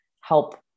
help